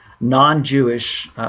non-Jewish